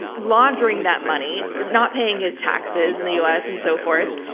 laundering that money, not paying his taxes in the u. s, and so forth.